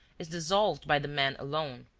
is dissolved by the man alone.